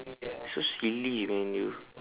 so silly man you